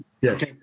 Yes